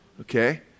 Okay